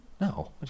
No